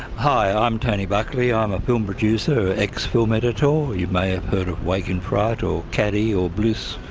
hi, i'm tony buckley. i'm a film producer, ex film editor. you may have heard of wake in fright or caddie or bliss,